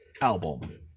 album